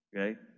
Okay